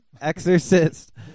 Exorcist